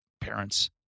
parents